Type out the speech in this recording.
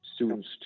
students